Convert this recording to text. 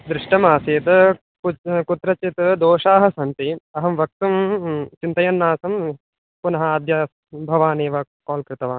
दृष्टमासीत् कुत् कुत्रचित् दोषाः सन्ति अहं वक्तुं चिन्तयन्नासं पुनः अद्य भवानेव काल् कृतवान्